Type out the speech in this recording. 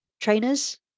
trainers